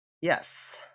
Yes